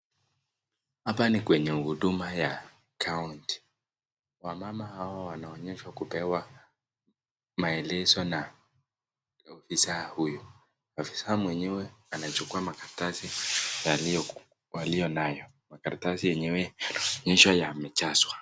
Hapa ni kwenye huduma ya kaunti. Wamama hawa wanaonyeshwa kupewa maelezo na ofisa huyu. Ofisa mwenyewe anachukua makaratasi walionayo. Makaratasi yenyewe yanaonyeshwa yamejazwa.